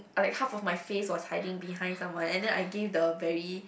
I like half of my face was hiding behind someone and then I give the very